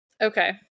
Okay